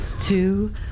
two